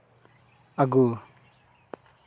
ᱟᱹᱜᱩ